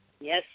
Yes